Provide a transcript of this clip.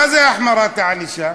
מה זה החמרת הענישה?